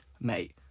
Mate